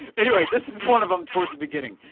anyway, this was one of them towards the beginning.